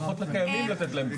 לפחות לקיימים לתת פתרון.